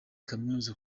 kaminuza